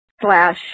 slash